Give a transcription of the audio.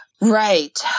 Right